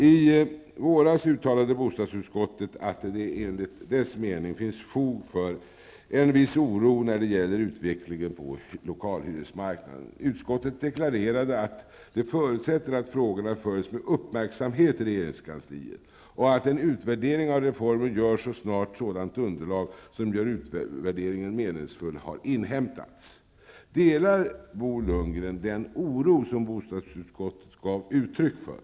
I våras uttalade bostadsutskottet att det enligt dess mening finns fog för en viss oro när det gäller utvecklingen på lokalhyresmarknaden. Utskottet deklarerade att det förutsätter att frågorna följs med uppmärksamhet i regeringskansliet och att en utvärdering av reformen görs så snart sådant underlag, som gör utvärderingen meningsfull, har inhämtats. Delar Bo Lundgren den oro som bostadsutskottet gav uttryck för?